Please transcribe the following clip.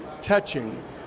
touching